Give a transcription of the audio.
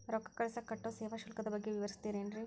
ರೊಕ್ಕ ಕಳಸಾಕ್ ಕಟ್ಟೋ ಸೇವಾ ಶುಲ್ಕದ ಬಗ್ಗೆ ವಿವರಿಸ್ತಿರೇನ್ರಿ?